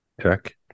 Tech